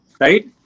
Right